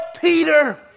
Peter